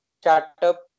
startup